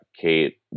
Kate